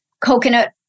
coconut